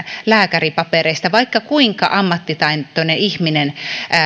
lääkäripapereista vaikka kuinka ammattitaitoinen ihminen